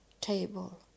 table